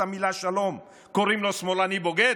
המילה "שלום" קוראים לו שמאלני בוגד?